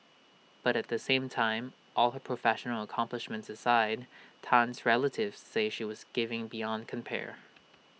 but at the same time all her professional accomplishments aside Tan's relatives say she was giving beyond compare